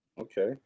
Okay